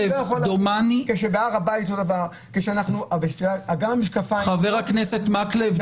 דומני --- כשבהר הבית אותו דבר --- חבר הכנסת מקלב,